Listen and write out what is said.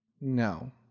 No